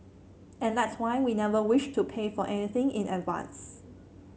and that's why we never wished to pay for anything in advance